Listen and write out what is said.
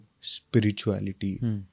spirituality